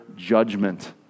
judgment